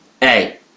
Hey